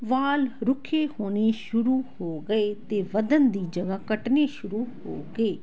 ਵਾਲ ਰੁੱਖੇ ਹੋਣੇ ਸ਼ੁਰੂ ਹੋ ਗਏ ਅਤੇ ਵਧਣ ਦੀ ਜਗ੍ਹਾ ਘਟਣੇ ਸ਼ੁਰੂ ਹੋ ਗਏ